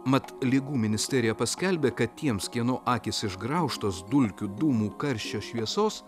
mat ligų ministerija paskelbė kad tiems kieno akys išgraužtos dulkių dūmų karščio šviesos